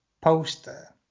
poster